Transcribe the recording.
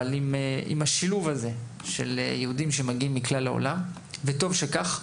עם השילוב הזה של יהודים שמגיעים מכלל העולם וטוב שכך.